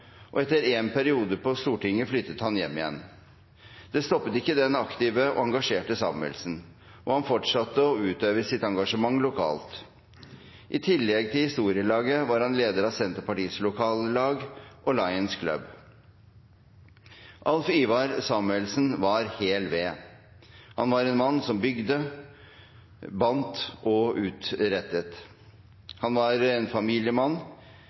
og etter én periode på Stortinget flyttet han hjem igjen. Det stoppet ikke den aktive og engasjerte Samuelsen, og han fortsatte å utøve sitt engasjement lokalt. I tillegg til arbeidet hans i historielaget var han leder av Senterpartiets lokallag og Lions Club. Alf Ivar Samuelsen var «hel ved». Han var en mann som bygde, bandt og utrettet. Han var en familiemann